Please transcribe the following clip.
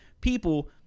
people